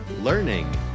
learning